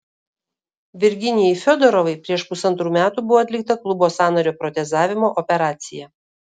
virginijai fiodorovai prieš pusantrų metų buvo atlikta klubo sąnario protezavimo operacija